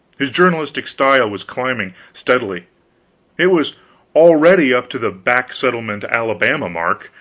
his journalistic style was climbing, steadily it was already up to the back settlement alabama mark,